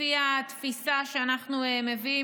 לפי התפיסה שאנחנו מביאים,